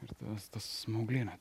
ir tas ta smauglinė